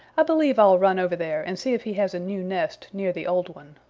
i believe i'll run over there and see if he has a new nest near the old one.